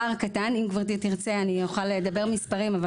אם גברתי תרצה אני אוכל לדבר במספרים אבל